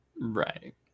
Right